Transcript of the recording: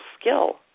skill